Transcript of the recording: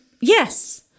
yes